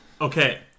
Okay